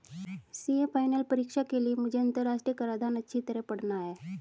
CA final परीक्षा के लिए मुझे अंतरराष्ट्रीय कराधान अच्छी तरह पड़ना है